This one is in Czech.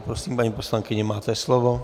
Prosím, paní poslankyně, máte slovo.